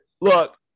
look